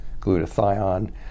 glutathione